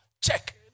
check